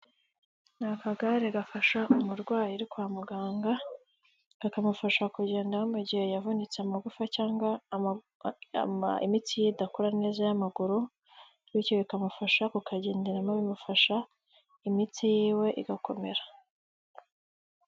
Ni akagare gafasha umurwayi uri kwa muganga, kakamufasha kugendaho mu gihe yavunitse amagufa, cyangwa imitsi ye idakora neza y'amaguru, bityo bikamufasha kukagenderamo bimufasha imitsi yiwe igakomera.